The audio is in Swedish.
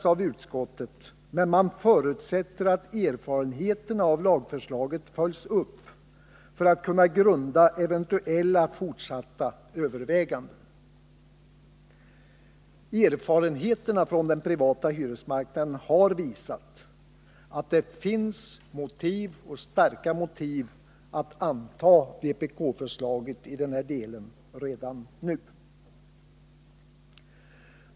Men utskottet förutsätter att erfarenheterna av lagförslaget följs upp för att på dessa skall kunna grundas eventuella fortsatta överväganden. Erfarenheterna från den privata hyresmarknaden har visat att det finns starka motiv att redan nu anta vpk-förslaget i denna del.